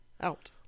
out